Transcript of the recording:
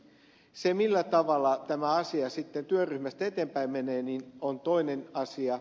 se millä tavalla tämä asia sitten työryhmästä eteenpäin menee on toinen asia